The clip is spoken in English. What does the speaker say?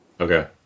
Okay